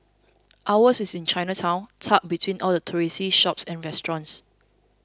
ours is in Chinatown tucked between all the touristy shops and restaurants